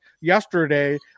yesterday